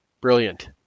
Brilliant